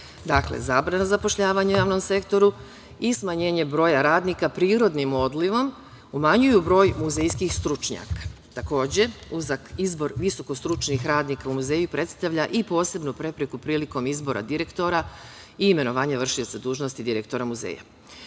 zabrana zapošljavanje u javnom sektoru i smanjenje broja radnika prirodnim odlivom umanjuju broj muzejskih stručnjaka. Takođe, uzak izbor visokostručnih radnika u muzeju predstavlja i posebnu prepreku prilikom izbora direktora i imenovanje vršioca dužnosti direktora muzeja. Smatram